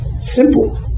simple